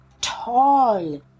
tall